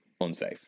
Unsafe